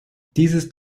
dieses